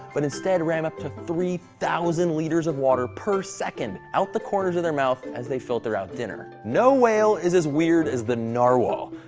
but instead ram up to three thousand liters of water per second out the corners of their mouth as they filter out dinner. no whale is as weird as the narwhal.